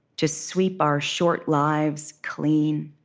to sweep our short lives clean.